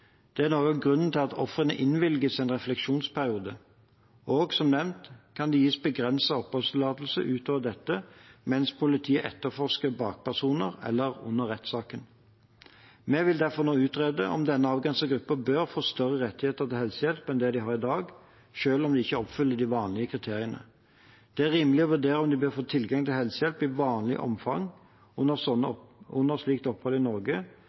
Det er noe av grunnen til at ofrene innvilges en refleksjonsperiode. Og som nevnt kan det gis begrenset oppholdstillatelse utover dette mens politiet etterforsker bakpersonene, eller under rettssaken. Vi vil derfor nå utrede om denne avgrensede gruppen bør få større rettigheter til helsehjelp enn de har i dag, selv om de ikke oppfyller de vanlige kriteriene. Det er rimelig å vurdere om de bør få tilgang til helsehjelp i vanlig omfang under slikt opphold i Norge